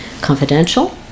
confidential